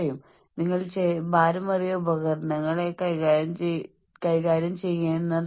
പൈലറ്റുമാരേ നിങ്ങൾക്കറിയാം നിങ്ങൾ ശരിയായി ഉറങ്ങുന്നില്ലെങ്കിൽ നിങ്ങൾ സമ്മർദ്ദത്തിലാകുന്നു